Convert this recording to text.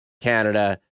Canada